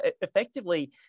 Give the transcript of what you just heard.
effectively